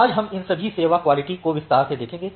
आज हम इन सभी सेवा क्वालिटी को विस्तार से देखेंगे